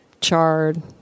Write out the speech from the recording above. chard